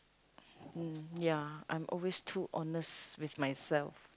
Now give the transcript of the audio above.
mm ya I'm always too honest with myself